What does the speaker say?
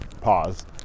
pause